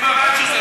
עם הרעש הזה,